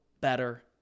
better